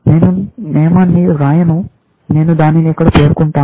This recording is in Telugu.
నేను నియమాన్ని వ్రాయను నేను దానిని ఇక్కడ పేర్కొంటాను